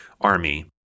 army